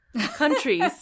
countries